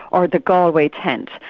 or the galway tent,